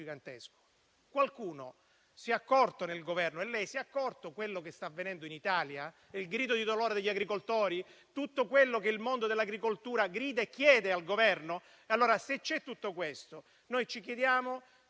gigantesco: qualcuno si è accorto nel Governo e lei si è accorto di quello che sta avvenendo in Italia? Del grido di dolore degli agricoltori? Di tutto quello che il mondo dell'agricoltura grida e chiede al Governo? E allora, se c'è tutto questo, noi chiediamo